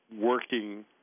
working